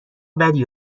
بدی